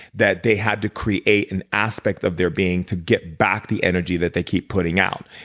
that they had to create an aspect of their being to get back the energy that they keep putting out.